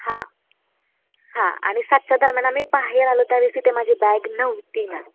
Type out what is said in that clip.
हां हां आणि सातच्या दरम्यान आम्ही बाहेर आलो त्या वेळेस ते माझी बॅग नव्हती ना